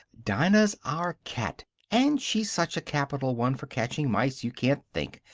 dinah's our cat. and she's such a capital one for catching mice, you can't think!